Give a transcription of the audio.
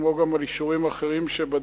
כמו גם על אישורים אחרים שבדרך.